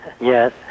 Yes